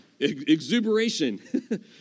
exuberation